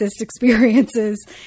experiences